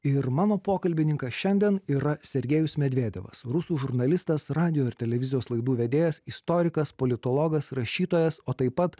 ir mano pokalbininkas šiandien yra sergejus medvedevas rusų žurnalistas radijo ir televizijos laidų vedėjas istorikas politologas rašytojas o taip pat